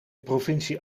provincie